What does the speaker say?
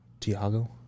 Tiago